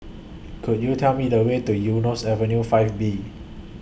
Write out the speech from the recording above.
Could YOU Tell Me The Way to Eunos Avenue five B